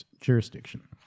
jurisdiction